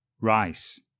rice